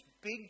big